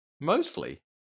Mostly